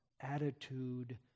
attitude